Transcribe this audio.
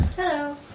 Hello